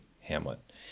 Hamlet